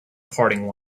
parting